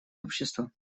общества